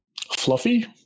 fluffy